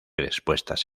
respuestas